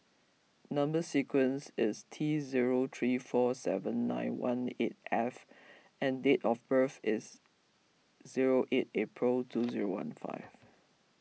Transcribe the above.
Number Sequence is T zero three four seven nine one eight F and date of birth is zero eight April two zero one five